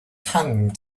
tongue